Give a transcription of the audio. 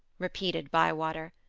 repeated bywater.